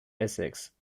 essex